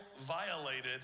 violated